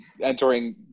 entering